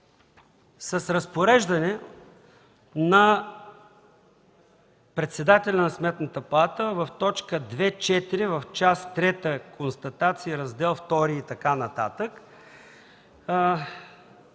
с разпореждане на председателя на Сметната палата в т. 2.4 в Част ІІІ „Констатации”, Раздел ІІ и така нататък